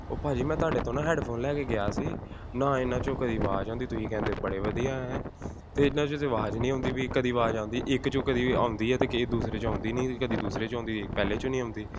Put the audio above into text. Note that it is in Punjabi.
ਉਹ ਭਾਅ ਜੀ ਮੈਂ ਤੁਹਾਡੇ ਤੋਂ ਨਾ ਹੈਡਫੋਨ ਲੈ ਕੇ ਗਿਆ ਸੀ ਨਾ ਇਹਨਾਂ 'ਚੋਂ ਕਦੀ ਆਵਾਜ਼ ਆਉਂਦੀ ਤੁਸੀਂ ਕਹਿੰਦੇ ਬੜੇ ਵਧੀਆ ਹੈ ਅਤੇ ਇਹਨਾਂ 'ਚ ਤਾਂ ਆਵਾਜ਼ ਨਹੀਂ ਆਉਂਦੀ ਵੀ ਕਦੀ ਆਵਾਜ਼ ਆਉਂਦੀ ਇੱਕ 'ਚੋਂ ਕਦੀ ਵੀ ਆਉਂਦੀ ਹੈ ਤਾਂ ਕਿਸੇ ਦੂਸਰੇ 'ਚ ਆਉਂਦੀ ਨਹੀਂ ਕਦੀ ਦੂਸਰੇ 'ਚ ਆਉਂਦੀ ਪਹਿਲੇ 'ਚੋਂ ਨਹੀਂ ਆਉਂਦੀ